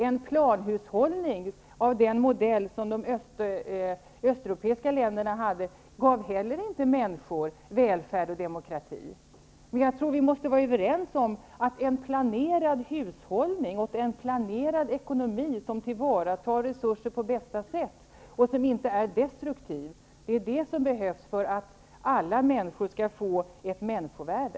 En planhushållning av den modell som de östeuropeiska länderna hade gav heller inte människor välfärd och demokrati. Men jag tror att vi måste vara överens om att en planerad hushållning och en planerad ekonomi, som tillvaratar resurser på bästa sätt och som inte är destruktiv, är det som behövs för att alla människor skall få ett människovärde.